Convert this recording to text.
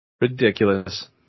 Ridiculous